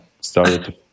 started